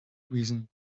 reason